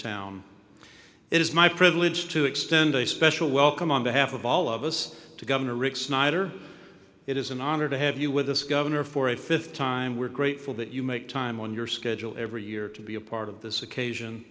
it is my privilege to extend a special welcome on behalf of all of us to governor rick snyder it is an honor to have you with us governor for a fifth time we're grateful that you make time on your schedule every year to be a part of this occasion